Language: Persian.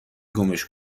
گمش